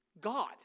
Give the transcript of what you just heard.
God